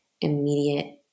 immediate